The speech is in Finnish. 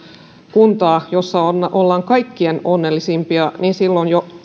kuntaa missä ollaan kaikkein onnellisimpia niin silloin